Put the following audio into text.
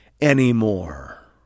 anymore